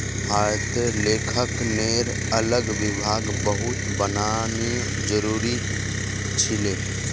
भारतत लेखांकनेर अलग विभाग बहुत बनाना जरूरी छिले